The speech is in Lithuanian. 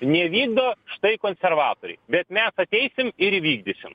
nevykdo štai konservatoriai bet mes ateisim ir įvykdysim